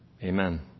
Amen